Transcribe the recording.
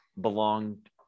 belonged